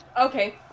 Okay